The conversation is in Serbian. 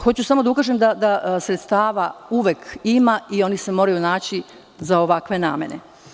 Hoću samo da ukažem da sredstava uvek ima i ona se moraju naći za ovakve namene.